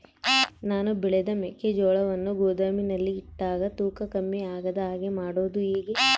ನಾನು ಬೆಳೆದ ಮೆಕ್ಕಿಜೋಳವನ್ನು ಗೋದಾಮಿನಲ್ಲಿ ಇಟ್ಟಾಗ ತೂಕ ಕಮ್ಮಿ ಆಗದ ಹಾಗೆ ಮಾಡೋದು ಹೇಗೆ?